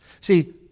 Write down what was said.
See